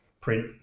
print